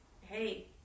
hey